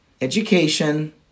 education